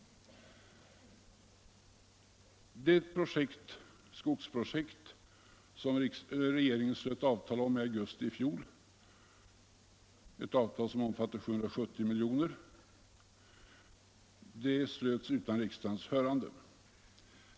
Det skogsprojekt som regeringen slöt avtal om i augusti i fjol — ett avtal som omfattar 770 milj.kr. — slöts utan riksdagens hörande.